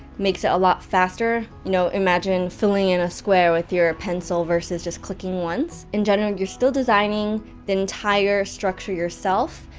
makes it a lot faster, you know imagine, filling in a square with your pencil, versus just clicking once. in general, you're still designing the entire structure yourself,